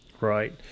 Right